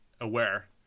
aware